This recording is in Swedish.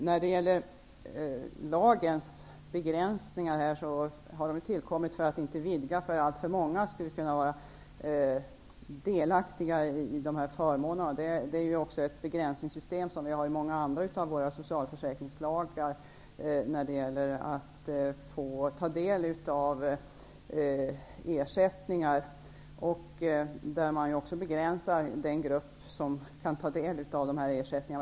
Herr talman! Lagens begränsningar har tillkommit för att inte alltför många skall kunna få del av de här förmånerna. Det är ett begränsningssystem, som också finns i många andra av socialförsäkringslagarna, när det gäller att ta del av ersättningar. Det är alltså en begränsad grupp som kan få del av ersättningarna.